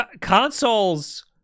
Consoles